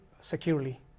securely